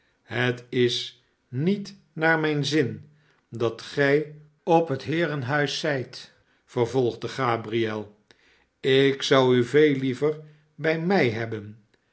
shet is niet naar mijn zin dat gij op het heerenhuis zijt vervolgde gabriel slk zou u veel liever bij mij hebben